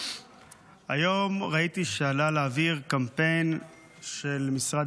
היום ראיתי שעלה לאוויר קמפיין של משרד